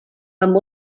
amb